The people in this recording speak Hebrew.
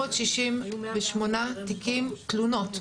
668 תלונות.